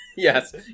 Yes